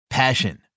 Passion